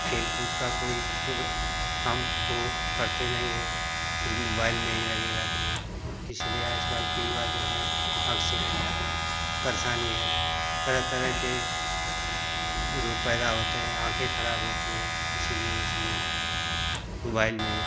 खेलकूद का कोई पोग्र काम वह करते नहीं हैं फ़िर मोबाइल में ही लगे रहते हैं इसीलिए आजकल के युवा जो हैं आँख से परेशानी है तरह तरह के रोग पैदा होते हैं आँखें खराब होती हैं इसीलिए उसमें मोबाइल में